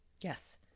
Yes